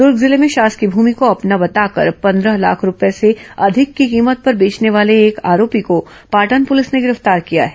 दुर्ग जिले में शासकीय भूमि को अपना बताकर पंद्रह लाख रूपये से अधिक की कीमत पर बेचने वाले एक आरोपी को पाटन प्रलिस ने गिरफ्तार किया है